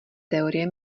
teorie